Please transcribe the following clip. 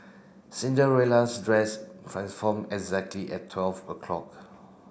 Cinderella's dress transformed exactly at twelve o'clock